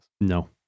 No